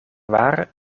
waar